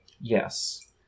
Yes